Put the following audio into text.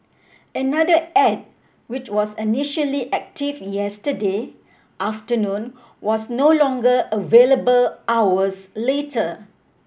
another ad which was initially active yesterday afternoon was no longer available hours later